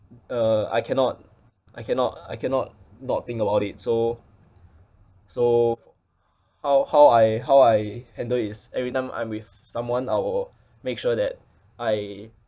uh I cannot I cannot I cannot not think about it so so f~ how how I how I handle is every time I'm with someone I will make sure that I